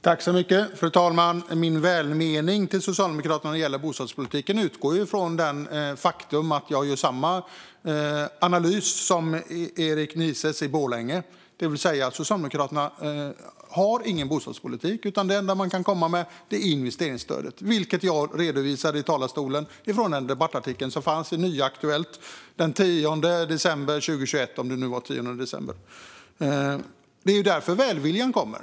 Fru talman! Min välmening gentemot Socialdemokraterna när det gäller bostadspolitiken utgår från det faktum att jag gör samma analys som Erik Nises i Borlänge, det vill säga att Socialdemokraterna inte har någon bostadspolitik. Det enda man kan komma med är investeringsstödet, vilket jag redovisade i talarstolen utifrån en debattartikel i Nya Aktuellt den 10 december 2021, om jag minns rätt. Det är därifrån välviljan kommer.